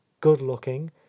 good-looking